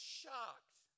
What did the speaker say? shocked